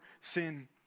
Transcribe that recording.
sin